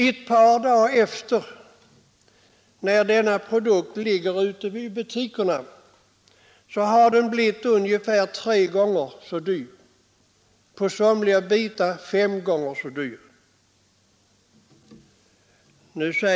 Ett par dagar senare, när denna produkt ligger ute i butikerna, har den blivit genomsnittligt ungefär tre gånger så dyr, somliga bitar fem gånger så dyra.